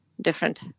different